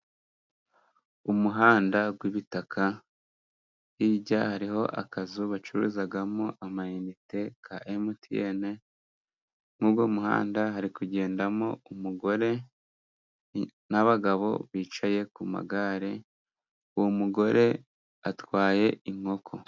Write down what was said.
Umuhanda w'ibitaka ,hirya hariho akazu bacuruzagamo ama inite ka emutiyeni ,muri uwo muhanda hari kugendamo umugore n'abagabo bicaye ku magare .Uwo mugore atwaye inkoko.